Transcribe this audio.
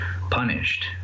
punished